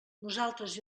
nosaltres